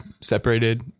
separated